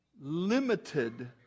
limited